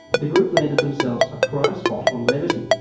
the group landed themselves a prime spot on levity,